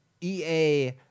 EA